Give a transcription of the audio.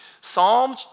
Psalm